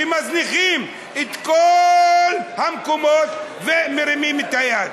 שמזניחים את כל המקומות ומרימים את היד.